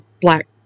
black